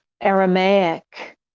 Aramaic